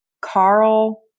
Carl